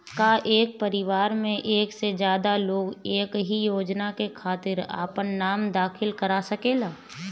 का एक परिवार में एक से ज्यादा लोग एक ही योजना के खातिर आपन नाम दाखिल करा सकेला?